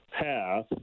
path